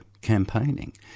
campaigning